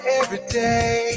everyday